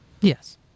Yes